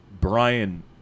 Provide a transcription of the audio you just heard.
Brian